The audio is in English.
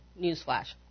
newsflash